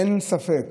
אין ספק